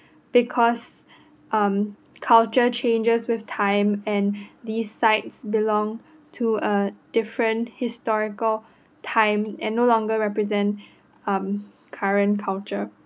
because um culture changes with time these sites belong to a different historical time and no longer represent um current culture